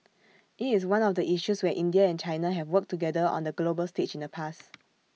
IT is one of the issues where India and China have worked together on the global stage in the past